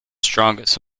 strongest